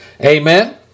Amen